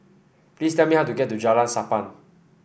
please tell me how to get to Jalan Sappan